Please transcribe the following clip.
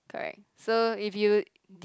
correct so if you